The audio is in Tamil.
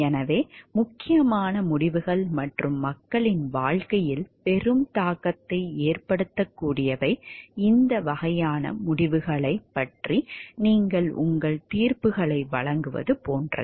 எனவே முக்கியமான முடிவுகள் மற்றும் மக்களின் வாழ்க்கையில் பெரும் தாக்கத்தை ஏற்படுத்தக்கூடியவை இந்த வகையான முடிவுகளைப் பற்றி நீங்கள் உங்கள் தீர்ப்புகளை வழங்குவது போன்றது